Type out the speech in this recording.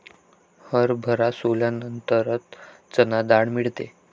हरभरा सोलल्यानंतर चणा डाळ मिळते